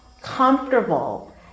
comfortable